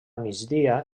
migdia